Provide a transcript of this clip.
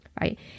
right